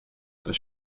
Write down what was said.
einen